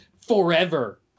Forever